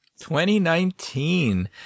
2019